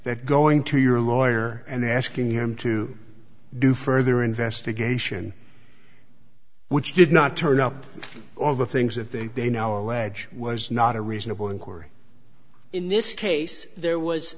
they're going to your lawyer and asking him to do further investigation which did not turn up all the things that they they now allege was not a reasonable inquiry in this case there was